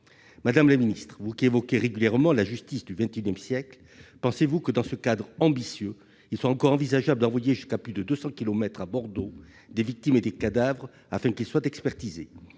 Madame la ministre, vous qui évoquez régulièrement la « justice du XXI siècle », pensez-vous que, dans ce cadre ambitieux, il soit encore envisageable d'envoyer jusqu'à plus de deux cents kilomètres, à Bordeaux, des victimes et des cadavres afin qu'ils soient expertisés ?